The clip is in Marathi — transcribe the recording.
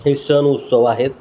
हे सण उत्सव आहेत